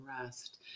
rest